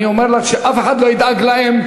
אני אומר לך שאף אחד לא ידאג להם.